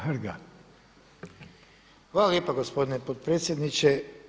Hvala lijepa gospodine potpredsjedniče.